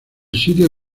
sitio